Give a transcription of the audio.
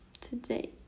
today